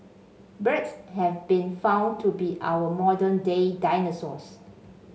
birds have been found to be our modern day dinosaurs